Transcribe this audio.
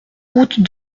route